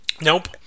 Nope